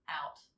out